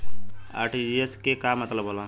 RTGS के का मतलब होला?